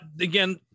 again